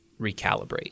recalibrate